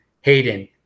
Hayden